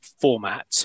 format